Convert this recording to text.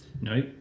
no